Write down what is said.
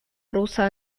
rusa